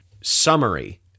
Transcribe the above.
summary